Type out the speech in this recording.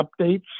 updates